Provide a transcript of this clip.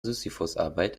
sisyphusarbeit